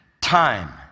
time